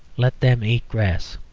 let them eat grass.